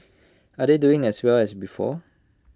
are they doing as well as before